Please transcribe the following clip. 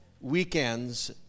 weekends